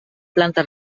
planta